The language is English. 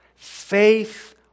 Faith